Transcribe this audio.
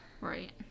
Right